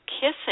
Kissing